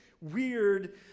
weird